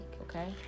okay